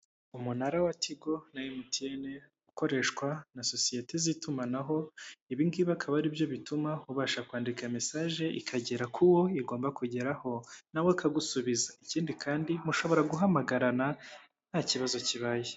Umunara wa Tigo na MTN ukoreshwa na sosiyete z'itumanaho, ibi ngibi akaba ari byo bituma ubasha kwandika mesaje ikagera k'uwo igomba kugeraho, nawe akagusubiza, ikindi kandi mushobora guhamagarana nta kibazo kibaye.